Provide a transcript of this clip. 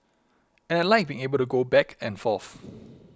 and I like being able to go back and forth